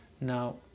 Now